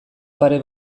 pare